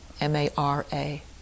M-A-R-A